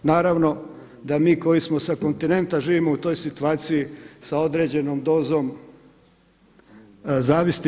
Naravno da mi koji smo sa kontinenta živimo u toj situaciji sa određenom dozom zavisti.